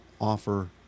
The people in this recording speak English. offer